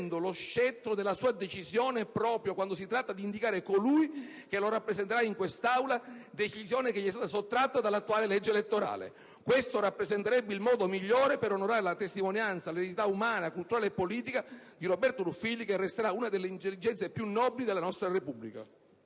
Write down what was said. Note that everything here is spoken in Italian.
lo scettro della sua decisione proprio quando si tratta di indicare colui che lo rappresenterà in queste Aule, decisione che gli è stata sottratta dall'attuale legge elettorale. Questo rappresenterebbe il modo migliore per onorare la testimonianza e l'eredità umana, culturale e politica di Roberto Ruffilli, che resterà una delle intelligenze più nobili della nostra Repubblica.